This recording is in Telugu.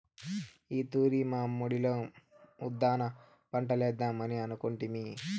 ఈ తూరి మా మడిలో ఉద్దాన పంటలేద్దామని అనుకొంటిమి